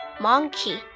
Monkey